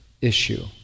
issue